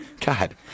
God